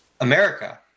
America